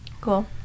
Cool